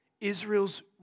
Israel's